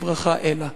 בברכה, אלה.